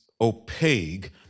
opaque